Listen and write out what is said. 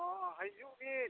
ᱦᱮᱸ ᱦᱤᱡᱩᱜ ᱵᱤᱱ